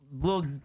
Little